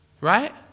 Right